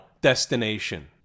destination